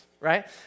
right